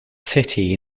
city